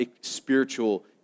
spiritual